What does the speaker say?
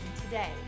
today